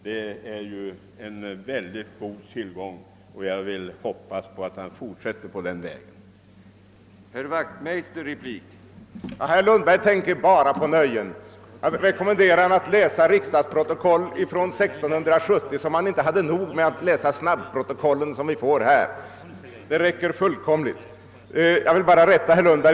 Det är mycket bra och jag hoppas han fortsätter på den inslagna vägen.